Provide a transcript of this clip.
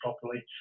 properly